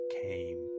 came